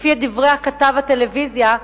לפי דברי כתב הטלוויזיה,